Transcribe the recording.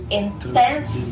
intense